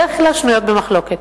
בדרך כלל שנויות במחלוקת.